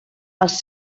als